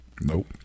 Nope